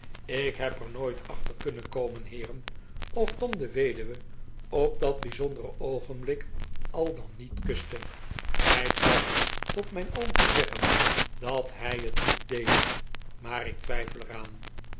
ik heb er nooit achter kunnen komen heeren of tom de weduwe op dat bijzondere oogenblik al dan niet kuste hij placht tot mijn oom te zeggen dat hij het niet deed maar ik twijfel er aan